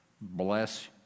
Bless